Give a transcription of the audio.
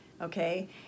okay